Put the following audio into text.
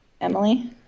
Emily